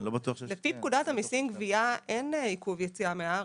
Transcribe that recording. לפי פקודת המיסים גביה, אין עיכוב יציאה מן הארץ.